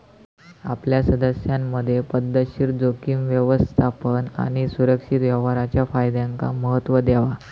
आपल्या सदस्यांमधे पध्दतशीर जोखीम व्यवस्थापन आणि सुरक्षित व्यवहाराच्या फायद्यांका महत्त्व देवा